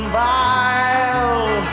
vile